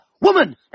Woman